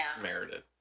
merited